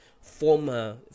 former